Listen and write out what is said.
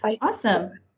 Awesome